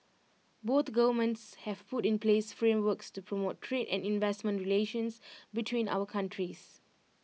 both governments have put in place frameworks to promote trade and investment relations between our countries